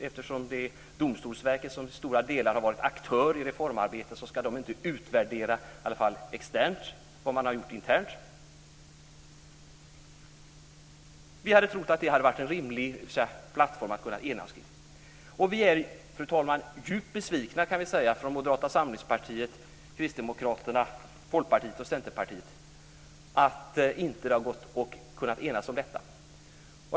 Eftersom Domstolsverket till stora delar har varit aktör i reformarbetet ska verket inte utvärdera externt det som har gjorts internt. Vi hade trott att det skulle vara en rimlig plattform att kunna enas kring. Det kan vara intressant att höra vad regeringspartiernas företrädare säger. Fru talman! Vi är djupt besvikna från Moderata samlingspartiet, Kristdemokraterna, Folkpartiet och Centerpartiet att det inte har gått att enas.